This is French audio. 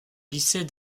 lycée